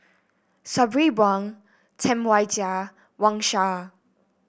Sabri Buang Tam Wai Jia Wang Sha